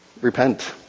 repent